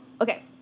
okay